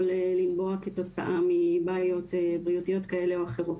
לנבוע כתוצאה מבעיות בריאותיות כאלו או אחרות.